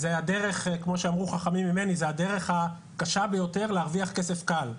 כמו שאמרו חכמים ממני זו הדרך הקשה ביותר להרוויח כסף קל.